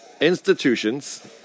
institutions